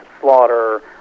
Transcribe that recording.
slaughter